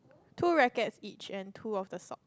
two rackets each and two of the sock